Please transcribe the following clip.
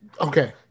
okay